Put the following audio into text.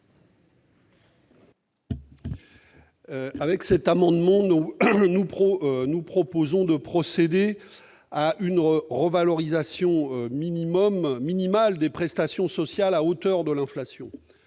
Pierre Laurent. Nous proposons de procéder à une revalorisation minimale des prestations sociales, à hauteur de l'inflation.